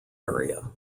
area